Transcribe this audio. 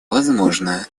возможно